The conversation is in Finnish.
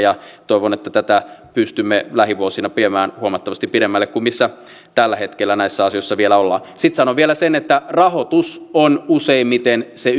ja toivon että tätä pystymme lähivuosina viemään huomattavasti pidemmälle kuin missä tällä hetkellä näissä asioissa vielä ollaan sitten sanon vielä sen että rahoitus on useimmiten se